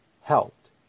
Helped